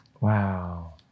Wow